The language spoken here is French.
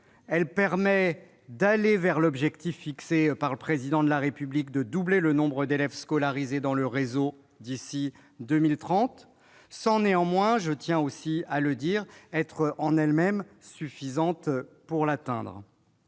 Elle permet d'aller vers l'objectif, fixé par le Président de la République, de doubler le nombre d'élèves scolarisés dans son réseau d'ici à 2030, sans néanmoins- je tiens à le souligner -être suffisante pour l'atteindre.